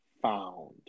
found